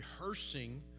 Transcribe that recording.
rehearsing